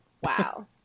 Wow